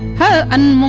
her and